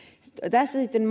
tässä sitten